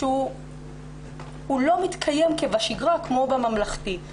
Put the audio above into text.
שהוא לא מתקיים בשגרה כמו בממלכתי.